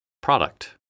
product